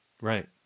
Right